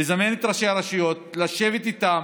לזמן את ראשי הרשויות, לשבת איתם,